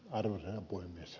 arvoisa herra puhemies